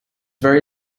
very